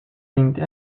veinte